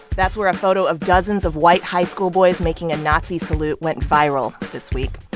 that's where a photo of dozens of white high school boys making a nazi salute went viral this week.